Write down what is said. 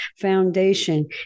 foundation